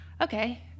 okay